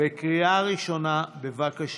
בקריאה ראשונה ותועבר להמשך